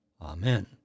Amen